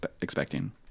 expecting